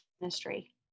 ministry